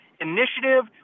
initiative